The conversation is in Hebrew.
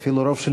אפילו ברמזור,